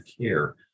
care